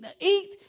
eat